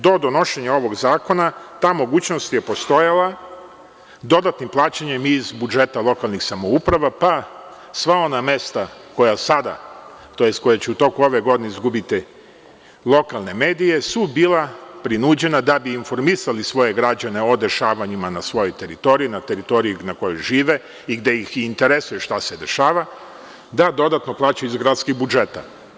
Do donošenja ovog zakona ta mogućnost je postojala dodatnim plaćanjem iz budžeta lokalnih samouprava, pa sva ona mesta koja će u toku ove godine izgubiti lokalne medije su bila prinuđena da bi informisali svoje građane o dešavanjima na svojoj teritoriji, na teritoriji na kojoj žive i gde ih interesuje šta se dešava, da dodatno plaćaju iz gradskih budžeta.